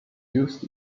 used